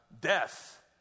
Death